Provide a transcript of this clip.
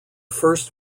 first